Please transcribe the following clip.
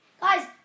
Guys